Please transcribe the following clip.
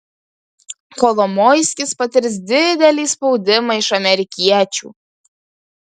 kolomoiskis patirs didelį spaudimą iš amerikiečių